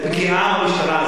למה פגיעה במשטרה?